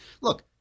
look